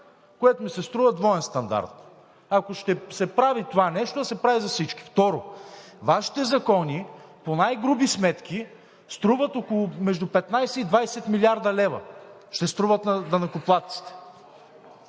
Което ми се струва двоен стандарт. Ако ще се прави това нещо, да се прави за всички. Второ, Вашите закони по най-груби сметки струват между 15 и 20 млрд. лв. – ще струват на данъкоплатците.